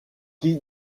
qui